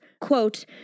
quote